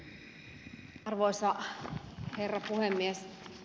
arvoisa herra puhemies